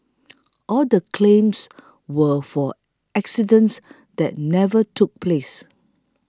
all the claims were for accidents that never took place